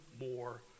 more